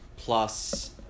Plus